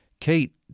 Kate